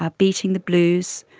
ah beating the blues,